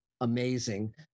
amazing